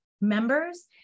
members